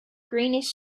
greenish